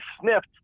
sniffed